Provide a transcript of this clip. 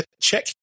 check